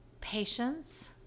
patience